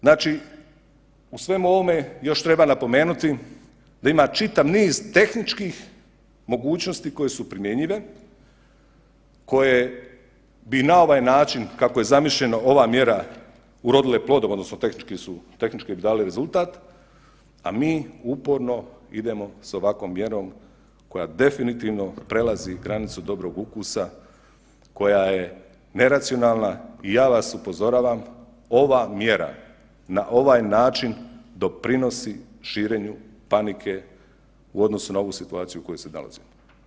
Znači u svemu ovome još treba napomenuti da ima čitav niz tehničkih mogućnosti koje su primjenjive, koje bi na ovaj način kako je zamišljena ova mjera urodila plodom odnosno tehnički bi dale rezultat, a mi uporno idemo s ovakvom mjerom koja definitivno prelazi granicu dobrog ukusa, koja je neracionalna i ja vas upozoravam ova mjera na ovaj način doprinosi širenju panike u odnosu na ovu situaciju u kojoj se nalazimo.